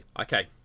Okay